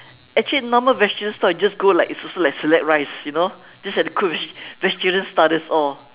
actually normal vegetarian store you just go like it's also like select rice you know just at that they cook with vegetarian style that's all